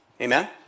Amen